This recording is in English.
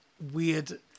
weird